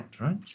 right